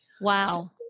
Wow